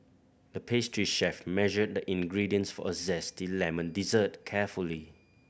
the pastry chef measured the ingredients for a zesty lemon dessert carefully